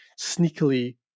sneakily